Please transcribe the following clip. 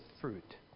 fruit